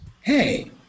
Hey